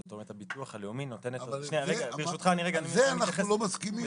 זאת אומרת הביטוח הלאומי נותן --- אבל על זה אנחנו לא מסכימים.